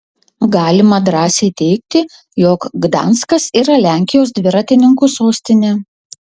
galima drąsiai teigti jog gdanskas yra lenkijos dviratininkų sostinė